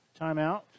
timeout